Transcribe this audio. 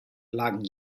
lagen